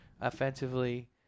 Offensively